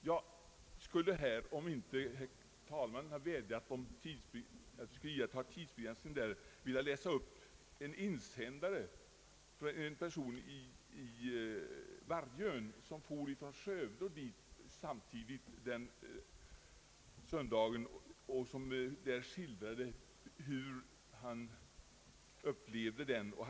Jag skulle, om inte herr talmannen hade vädjat att vi skall iaktta tidsbegränsning, velat läsa upp en insändare från en person i Vargön som for från Skövde till Vargön samma söndag och skildrade hur han upplevde den resan.